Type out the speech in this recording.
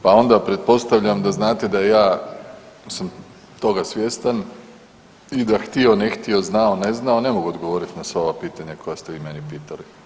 Pa onda pretpostavljam da znate da ja sam toga svjestan i da htio ne htio znao ne znao ne mogu odgovoriti na sva ova pitanja koja ste vi mene pitali.